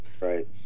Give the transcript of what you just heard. Right